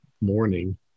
morning